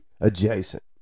adjacent